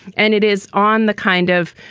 and it is on the kind of,